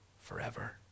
forever